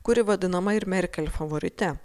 kuri vadinama ir merkel favorite